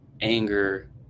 anger